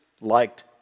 liked